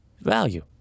value